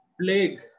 plague